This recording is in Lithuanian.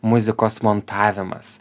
muzikos montavimas